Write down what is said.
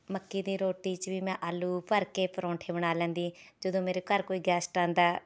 ਮੱਕੀ ਦੀ ਰੋਟੀ 'ਚ ਵੀ ਮੈਂ ਆਲੂ ਭਰ ਕੇ ਪਰੋਂਠੇ ਬਣਾ ਲੈਂਦੀ ਜਦੋਂ ਮੇਰੇ ਘਰ ਕੋਈ ਗੈਸਟ ਆਉਂਦਾ